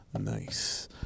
Nice